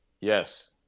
Yes